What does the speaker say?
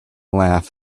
laugh